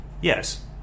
Yes